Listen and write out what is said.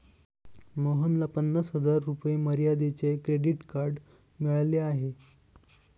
मोहनला पन्नास हजार रुपये मर्यादेचे क्रेडिट कार्ड मिळाले आहे